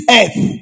earth